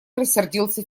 рассердился